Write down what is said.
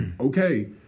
Okay